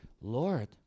Lord